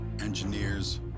engineers